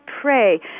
pray